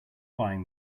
buying